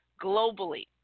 globally